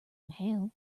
inhale